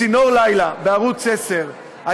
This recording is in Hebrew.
תוכנית הטלוויזיה "צינור לילה" בערוץ 10 הייתה